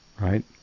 right